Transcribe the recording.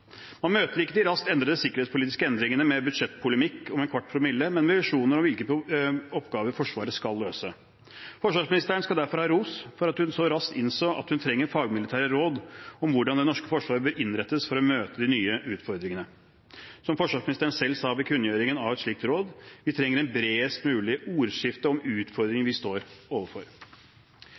Man møter ikke de raske endringene i den sikkerhetspolitiske situasjonen med budsjettpolemikk om ¼ promille, men med visjoner om hvilke oppgaver Forsvaret skal løse. Forsvarsministeren skal derfor ha ros for at hun så raskt innså at hun trenger fagmilitære råd om hvordan det norske forsvaret bør innrettes for å møte de nye utfordringene. Som forsvarsministeren selv sa ved kunngjøringen av et slikt råd: Vi trenger et «bredest mulig ordskifte om utfordringene vi står overfor».